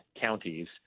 counties